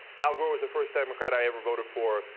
al gore was the first democrat i ever voted for.